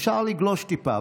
אפשר לגלוש טיפה,